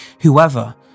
whoever